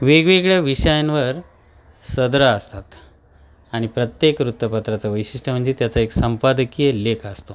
वेगवेगळ्या विषयांवर सदरं असतात आणि प्रत्येक वृत्तपत्राचं वैशिष्ट्य म्हणजे त्याचा एक संपादकीय लेख असतो